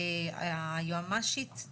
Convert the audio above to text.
עו"ד איתמר